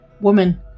woman